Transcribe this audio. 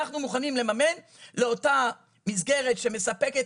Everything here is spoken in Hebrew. אנחנו מוכנים לממן לאותה מסגרת שמספקת